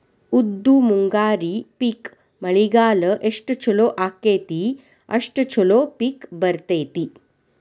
ಉದ್ದು ಮುಂಗಾರಿ ಪಿಕ್ ಮಳಿಗಾಲ ಎಷ್ಟ ಚಲೋ ಅಕೈತಿ ಅಷ್ಟ ಚಲೋ ಪಿಕ್ ಬರ್ತೈತಿ